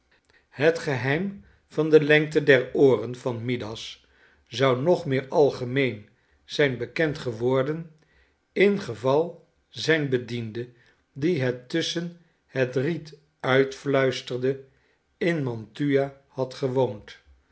het geheim van de lengte der ooren van midas zou nog meer algemeen zijn bekend geworden ingeval zijn bediende die het tusschen het riet uitfluisterde in mantua had gewoond